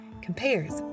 compares